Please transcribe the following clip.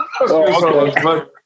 okay